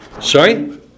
Sorry